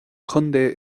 contae